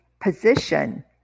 position